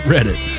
Reddit